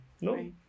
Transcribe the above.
No